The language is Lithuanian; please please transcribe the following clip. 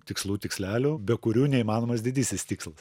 tikslų tikslelių be kurių neįmanomas didysis tikslas